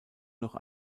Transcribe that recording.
noch